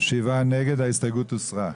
ההסתייגות הוסרה.